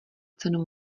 cenu